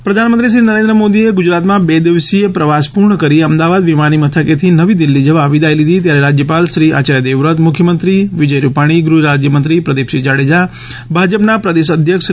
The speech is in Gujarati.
પ્રધાનમંત્રી વિદાય પ્રધાનમંત્રીશ્રી નરેન્દ્ર મોદીએ ગુજરાતમાં બે દિવસીય પ્રવાસ પૂર્ણ કરી અમદાવાદ વિમાની મથકેથી નવી દિલ્હી જવા વિદાય લીધી ત્યારે રાજયપાલશ્રી આચાર્ય દેવવ્રત મુખ્યમંત્રી વિજય રૂપાણી ગૃહરાજયમંત્રીશ્રી પ્રદીપસિંહ જાડેજા ભાજપના પ્રદેશ અધ્યક્ષશ્રી સી